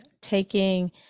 taking